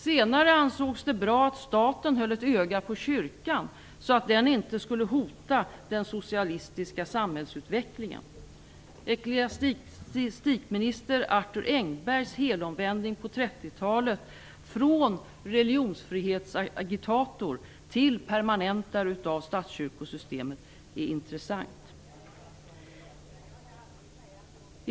Senare ansågs det bra att staten höll ett öga på kyrkan så att den inte skulle hota den socialistiska samhällsutvecklingen. Ecklestiastikminister Arthur Engbergs helomvändning på 30-talet från religionsfrihetsagitator till permanentare av statskyrkosystemet är intressant.